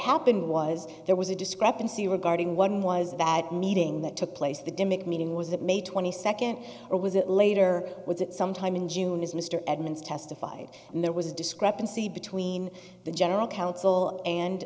happened was there was a discrepancy regarding one was that meeting that took place the dimmick meeting was it may twenty second or was it later was it sometime in june as mr edmunds testified there was discrepancy between the general counsel and